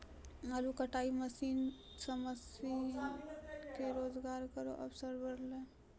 आलू कटाई मसीन सें किसान के रोजगार केरो अवसर बढ़लै